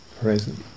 present